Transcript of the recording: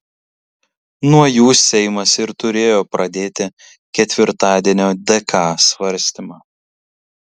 nuo jų seimas ir turėjo pradėti ketvirtadienio dk svarstymą